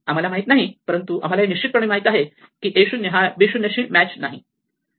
आम्हाला माहित नाही परंतु आम्हाला निश्चितपणे माहित आहे की a 0 हा b 0 शी मॅच नाही